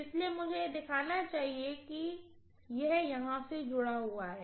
इसलिए मुझे इसे दिखाना चाहिए जैसे कि यह यहां से जुड़ा है